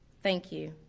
thank you.